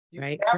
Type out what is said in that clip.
right